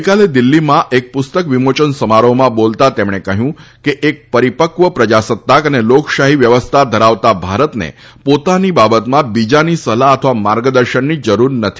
ગઇકાલે દિલ્હીમાં એક પુસ્તક વિમોચન સમારોહમાં બોલતાં તેમણે કહ્યું કે એક પરિપક્વ પ્રજાસત્તાક અને લોકશાહી વ્યવસ્થા ધરાવતા ભારતને પોતાની બાબતમાં બીજાની સલાહ અથવા માર્ગદર્શનની જરૂર નથી